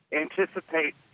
anticipate